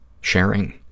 sharing